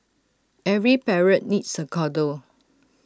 every parrot needs A cuddle